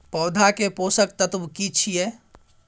पौधा के पोषक तत्व की छिये?